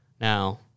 Now